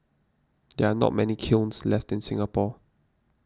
there are not many kilns left in Singapore